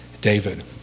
David